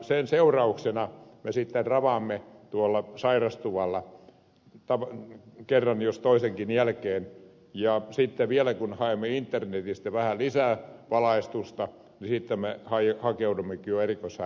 sen seurauksena me sitten ravaamme tuolla sairastuvalla kerta toisensa jälkeen ja vielä kun haemme internetistä vähän lisää valaistusta niin sitten me hakeudummekin jo erikoissairaanhoidon piiriin